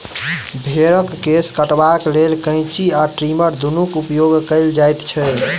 भेंड़क केश कटबाक लेल कैंची आ ट्रीमर दुनूक उपयोग कयल जाइत छै